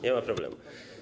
Nie ma problemu.